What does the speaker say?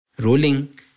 Rolling